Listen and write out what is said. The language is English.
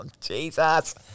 Jesus